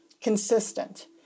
consistent